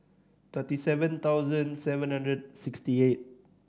thirty seven thousand seven hundred sixty eight